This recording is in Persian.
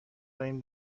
داریم